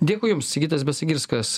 dėkui jums sigitas besagirskas